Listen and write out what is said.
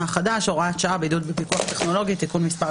החדש (הוראת שעה) (בידוד בפיקוח טכנולוגי) (תיקון מס,